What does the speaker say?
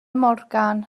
morgan